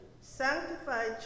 sanctified